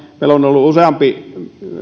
meillä on ollut useampi